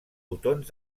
botons